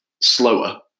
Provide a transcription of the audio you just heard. slower